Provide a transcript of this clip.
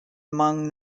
among